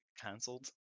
Cancelled